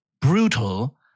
brutal